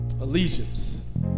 allegiance